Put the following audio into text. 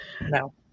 No